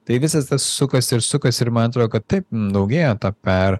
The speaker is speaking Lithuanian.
tai visas tas sukasi ir sukasi ir man atrodo kad taip daugėja to per